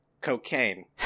cocaine